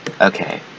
Okay